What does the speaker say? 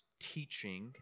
teaching